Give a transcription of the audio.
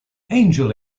angel